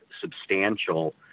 substantial